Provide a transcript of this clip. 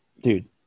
dude